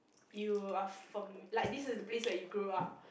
you are fam~ like this is the place where you grew up